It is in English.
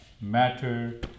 Matter